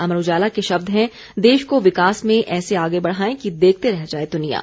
अमर उजाला के शब्द हैं देश को विकास में ऐसे आगे बढ़ाएं कि देखते रह जाए दुनियां